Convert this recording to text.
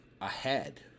ahead